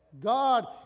God